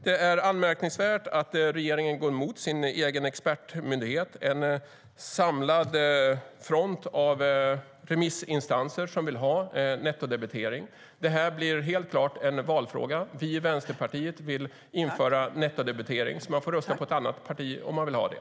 Det är anmärkningsvärt att regeringen går emot sin egen expertmyndighet och en samlad front av remissinstanser som vill ha nettodebitering. Det blir helt klart en valfråga. Vi i Vänsterpartiet vill införa nettodebitering. Man får rösta på ett annat parti om man vill ha det.